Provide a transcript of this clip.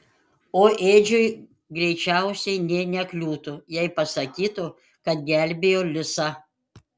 o edžiui greičiausiai nė nekliūtų jei pasakytų kad gelbėjo lisą